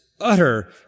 utter